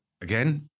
Again